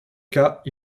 cas